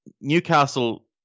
Newcastle